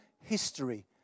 history